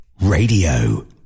Radio